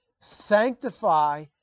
Sanctify